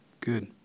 good